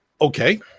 Okay